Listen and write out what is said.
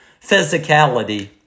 physicality